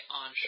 on